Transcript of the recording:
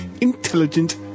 Intelligent